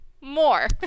more